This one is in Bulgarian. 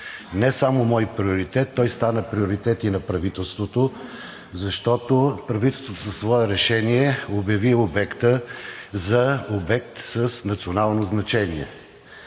не само мой приоритет, то стана приоритет и на правителството, защото правителството със свое решение обяви обекта за обект с национално значение.